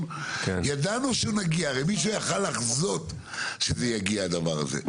הרי מישהו יכול היה לחזות שהדבר הזה יגיע.